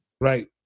Right